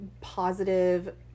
positive